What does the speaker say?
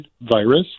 virus